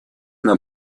нам